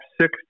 six